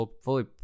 fully